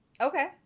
Okay